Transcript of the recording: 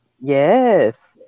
Yes